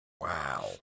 wow